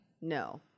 No